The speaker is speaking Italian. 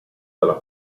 dalla